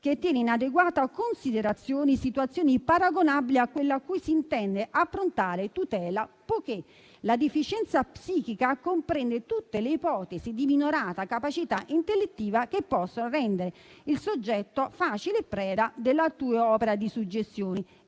che tiene in adeguata considerazione situazioni paragonabili a quella a cui si intende approntare tutela, poiché la deficienza psichica comprende tutte le ipotesi di minorata capacità intellettiva che possono rendere il soggetto facile preda dell'altrui opera di suggestione,